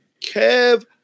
Kev